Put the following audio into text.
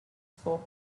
school